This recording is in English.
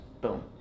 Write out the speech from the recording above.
boom